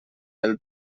del